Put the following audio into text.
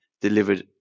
delivered